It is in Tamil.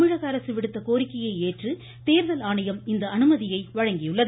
தமிழக அரசு விடுத்த கோரிக்கையை ஏற்று தோதல் ஆணையம் இந்த அனுமதியை வழங்கியுள்ளது